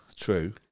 true